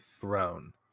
throne